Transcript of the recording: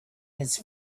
his